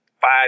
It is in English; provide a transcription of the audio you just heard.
five